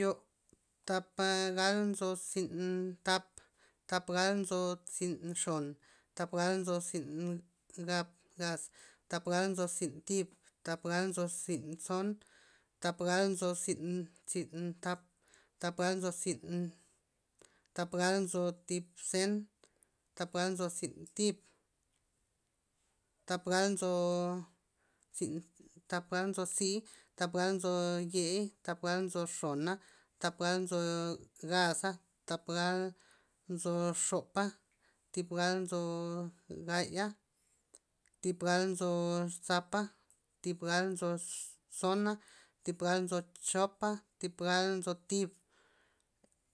Yo thapa gal nzo tziin thap- thap gal nzo tzin xon thap gal nzo tzin gap- gaz thap gal nzo tzin thib thap gal nzo tzin tson thap gal nzo tzin- tzin tap thap gal nzo tzin thap gal nzo thib zen thap gal nzo tzin thib thap gal nzo tzin- thap gal nzo tzii' thap gal nzo yei thap gal nzo xona thap gal nzo gaza thap gal nzo xopa thib gal nzo gaya thib gal nzo zapa thib gal nzo ss- tsona thib gal nzo chopa thib gal nzo thib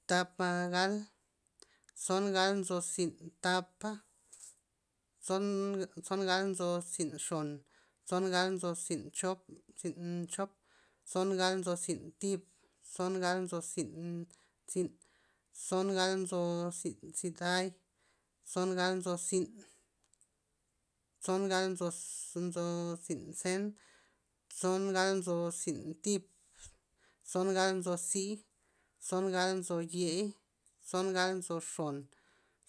thapa gal tson gal nzo tzin thapa tson gal nzo tzin xon tson gal nzo tzin chop- tzin chop tson gal nzo tzin thib tson gal nzo tzin- tzi'n tson gal nzo tzin- tzi'n ziday tson gal nzo tzin tson gal nzo- nzo tzin zen tson gal nzo tzin thib tson gal nzo zii' tson gal nzo yei tson gal nzo xon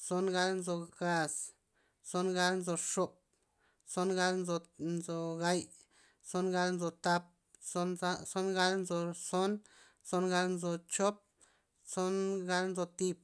tson gal nzo gaz tson gal nzo xop tson gal nzo- nzo gay tson gal nzo thap tso- tson gal nzo zon tson gal nzo chop tson gal nzo thib